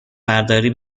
برداری